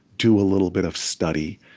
do a little bit of study,